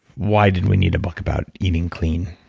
why did we need a book about eating clean?